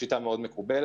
השיטה מאוד מקובלת.